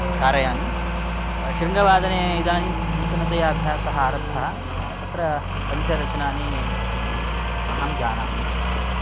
कारयामि शृङ्गवादने इदानीं नूतनतया अभ्यासः आरब्धः तत्र पञ्चरचनानि अहं जानामि